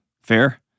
Fair